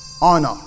Honor